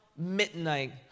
Midnight